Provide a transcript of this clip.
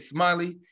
Smiley